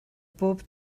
bob